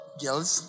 girls